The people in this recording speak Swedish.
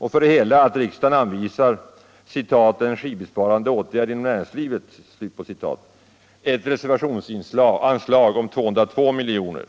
Vi föreslår också att riksdagen till Energibesparande åtgärder inom näringslivet m.m. anvisar ett reservationsanslag om 202 milj.kr.